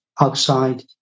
outside